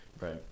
Right